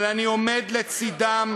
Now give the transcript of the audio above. אבל אני עומד לצדם,